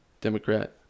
democrat